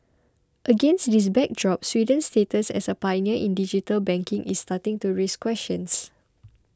against this backdrop Sweden's status as a pioneer in digital banking is starting to raise questions